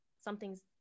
something's